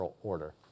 order